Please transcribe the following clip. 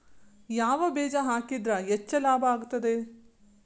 ಯಾವ ಬೇಜ ಹಾಕಿದ್ರ ಹೆಚ್ಚ ಲಾಭ ಆಗುತ್ತದೆ?